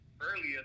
earlier